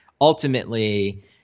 ultimately